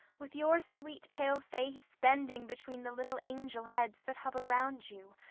with your sweet pale face bending between the little angel heads that hover round you,